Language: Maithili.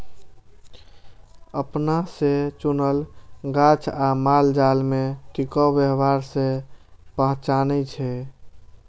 अपना से चुनल गाछ आ मालजाल में टिकाऊ व्यवहार से पहचानै छै